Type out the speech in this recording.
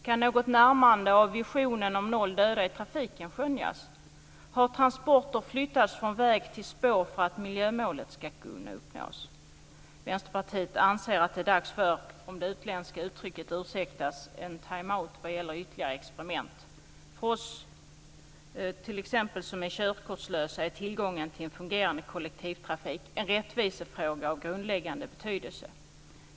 Kan något närmande till visionen om noll döda i trafiken skönjas? Har transporter flyttats från väg till spår för att miljömålet ska uppnås? Vänsterpartiet anser att det är dags för, om det utländska uttrycket ursäktas, en time-out när det gäller ytterligare experiment. T.ex. är för oss som är körkortslösa tillgången till en fungerande kollektivtrafik en rättvisefråga av grundläggande betydelse.